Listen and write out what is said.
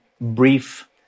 brief